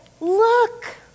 look